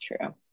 true